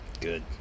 Good